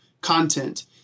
content